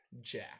Jack